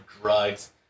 drugs